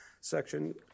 Section